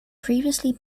previously